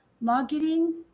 marketing